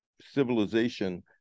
civilization